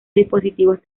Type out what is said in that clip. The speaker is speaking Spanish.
dispositivos